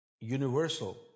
universal